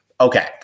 Okay